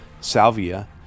salvia